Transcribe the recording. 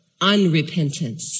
unrepentance